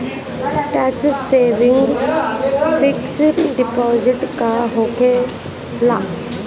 Tax saving fix deposit का होखे ला?